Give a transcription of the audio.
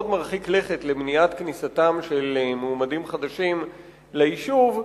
מרחיק לכת למניעת כניסתם של מועמדים חדשים ליישוב,